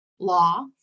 law